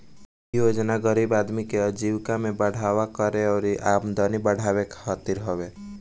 इ योजना गरीब आदमी के आजीविका में बढ़ावा करे अउरी आमदनी बढ़ावे खातिर हवे